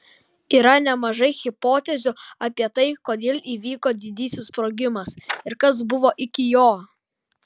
yra nemažai hipotezių apie tai kodėl įvyko didysis sprogimas ir kas buvo iki jo